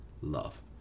love